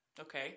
Okay